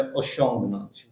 osiągnąć